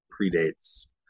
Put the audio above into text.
predates